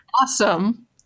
awesome